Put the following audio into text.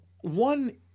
One